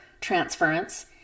transference